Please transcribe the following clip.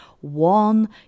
one